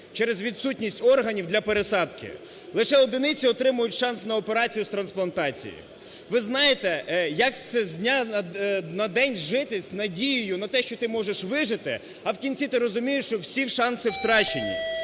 через відсутність органів для пересадки. Лише одиниці отримують шанс на операцію з трансплантації. Ви знаєте, як з дня на день жити з надією на те, що ти можеш вижити, а в кінці ти розумієш, що всі шанси втрачені?